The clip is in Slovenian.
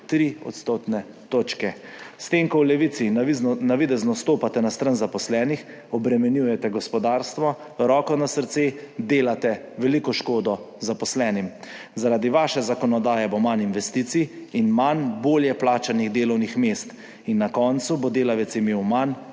tri odstotne točke. S tem, ko v Levici navidezno stopate na stran zaposlenih, obremenjujete gospodarstvo, roko na srce, delate veliko škodo zaposlenim. Zaradi vaše zakonodaje bo manj investicij in manj bolje plačanih delovnih mest in na koncu bo delavec imel manj,